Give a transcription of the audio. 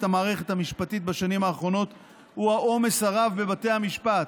המערכת המשפטית בשנים האחרונות הוא העומס הרב בבתי המשפט.